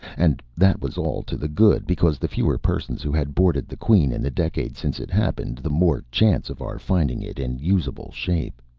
and that was all to the good, because the fewer persons who had boarded the queen in the decade since it happened, the more chance of our finding it in usable shape.